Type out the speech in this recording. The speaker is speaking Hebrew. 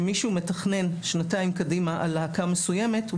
מישהו מתכנן שנתיים קדימה על להקה מסוימת,